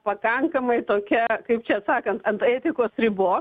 pakankamai tokie kaip čia sakant ant etikos ribos